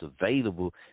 available